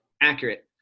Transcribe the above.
Accurate